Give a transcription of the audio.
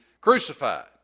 crucified